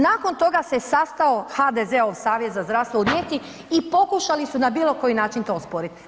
Nakon toga se sastao HDZ-ov savjet za zdravstvo u Rijeci i pokušali su na bilo koji način to osporiti.